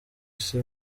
isi